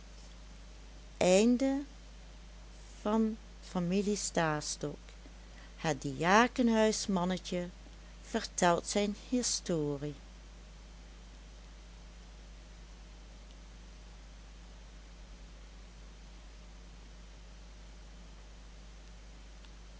het diakenhuismannetje vertelt zijn historie